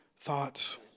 thoughts